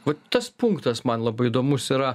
va tas punktas man labai įdomus yra